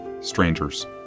strangers